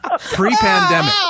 pre-pandemic